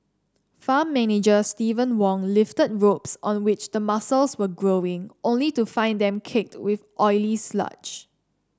farm manager Steven Wong lifted ropes on which the mussels were growing only to find them caked with oily sludge